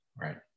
Right